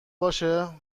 باشه